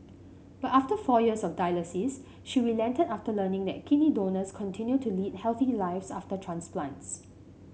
but after four years of dialysis she relented after learning that kidney donors continue to lead healthy lives after transplants